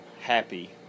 happy